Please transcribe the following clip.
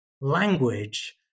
language